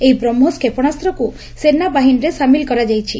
ଏହି ବ୍ରହ୍କୋସ କ୍ଷେପଣାସ୍ତକୁ ସେନା ବାହିନୀରେ ସାମିଲ କରାଯାଇଛି